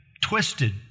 twisted